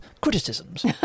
criticisms